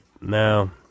Now